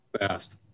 Fast